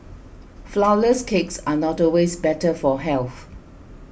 Flourless Cakes are not always better for health